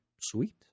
sweet